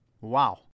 Wow